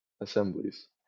assemblies